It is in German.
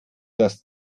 das